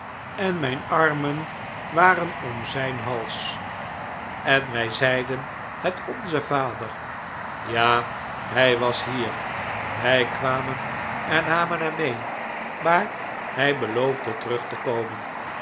en mijn armen waren om zijn hals en wij zeiden het onze vader ja hij was hier zij kwamen en namen hem mee maar hij beloofde terug te komen